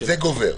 זה גובר.